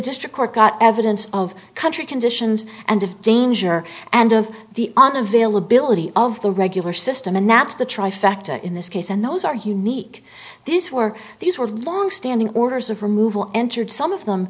district court got evidence of country conditions and of danger and of the on availability of the regular system and that's the trifecta in this case and those are hewn eak these were these were long standing orders of removal entered some of them